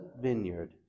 vineyard